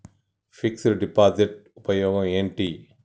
Fix డ్ deposit ఉపయోగం ఏంటి?